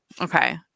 Okay